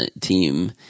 team